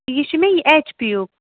یہِ چھُ مےٚ یہِ ایچ پی یُک